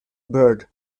bird